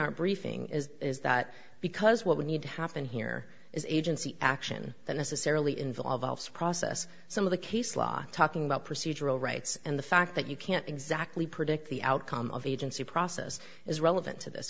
our briefing is is that because what we need to happen here is agency action that necessarily involves process some of the case law talking about procedural rights and the fact that you can't exactly predict the outcome of agency process is relevant to this